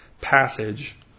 passage